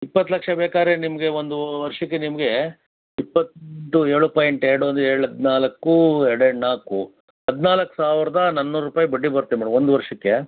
ಇಪ್ಪತ್ತು ಲಕ್ಷ ಬೇಕಾದ್ರೆ ನಿಮಗೆ ಒಂದು ವರ್ಷಕ್ಕೆ ನಿಮಗೆ ಇಪ್ಪತ್ತು ಏಳು ಪಾಯಿಂಟ್ ಎರಡು ಅಂದರೆ ಏಳು ಹದಿನಾಲ್ಕು ಎರಡು ಎರಡು ನಾಲ್ಕು ಹದಿನಾಲ್ಕು ಸಾವಿರದ ನಾನ್ನೂರು ರೂಪಾಯಿ ಬಡ್ಡಿ ಬರುತ್ತೆ ಮೇಡಮ್ ಒಂದು ವರ್ಷಕ್ಕೆ